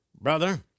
brother